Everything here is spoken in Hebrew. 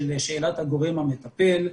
בשאלת הגורם המטפל,